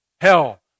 hell